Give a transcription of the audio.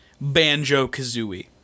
Banjo-Kazooie